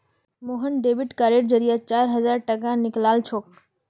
Mohan debit कार्डेर जरिए चार हजार टाका निकलालछोक